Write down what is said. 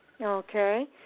Okay